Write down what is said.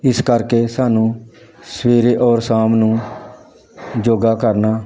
ਇਸ ਕਰਕੇ ਸਾਨੂੰ ਸਵੇਰੇ ਔਰ ਸ਼ਾਮ ਨੂੰ ਯੋਗਾ ਕਰਨਾ